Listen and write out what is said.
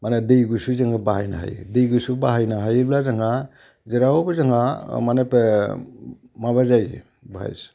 माने दै गुसु जोङो बाहायनो हायो दै गुसु बाहायनो हायोब्ला जोंहा जेरावबो जोंहा माने माबा जायो बेहाय